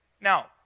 Now